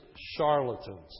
charlatans